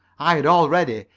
i had already,